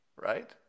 right